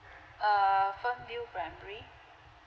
err firm view primary